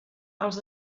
als